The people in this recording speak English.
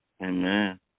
Amen